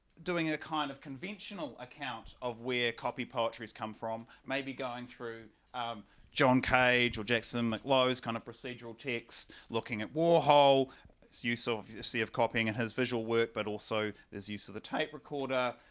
doing a kind of conventional account of where copy poetry's come from maybe going through john cage or jackson maclow's kind of procedural texts, looking at war whole use of you see of copying and has visual work but also there's use of the tape recorder,